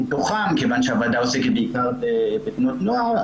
כיוון שהוועדה עוסקת בעיקר בבנות נוער,